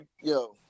yo